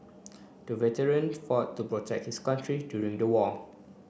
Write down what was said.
the veteran fought to protect his country during the war